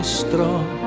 strong